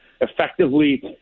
effectively